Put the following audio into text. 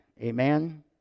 Amen